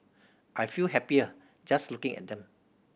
I feel happier just looking at them